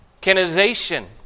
canonization